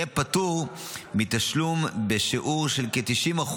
יהיה פטור מתשלום בשיעור של כ-90%